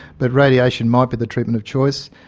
but radiation might be the treatment of choice.